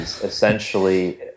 essentially